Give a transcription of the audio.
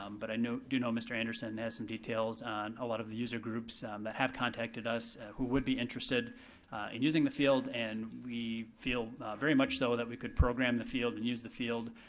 um but i do know mr. anderson has some details on a lot of the user groups um that have contacted us who would be interested in using the field, and we feel very much so that we could program the field and use the field